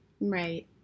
Right